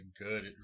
good